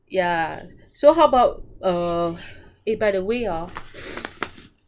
ya so how about uh eh by the way hor